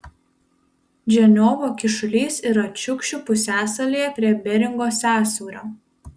dežniovo kyšulys yra čiukčių pusiasalyje prie beringo sąsiaurio